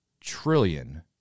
trillion